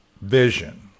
vision